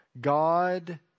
God